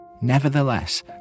Nevertheless